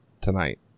tonight